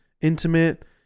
intimate